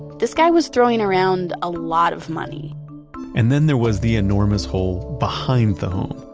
this guy was throwing around a lot of money and then there was the enormous hole behind the home.